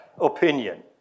opinion